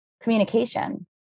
communication